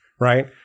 right